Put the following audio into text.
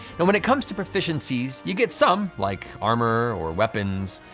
and when it comes to proficiencies, you get some, like armor, or weapons,